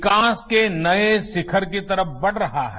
विकास के नये शिखर की तरफ बढ़ रहा है